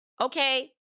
okay